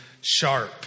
sharp